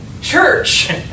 church